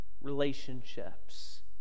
Relationships